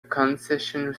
concession